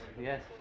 yes